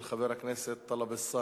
מס' 6702, של חבר הכנסת טלב אלסאנע.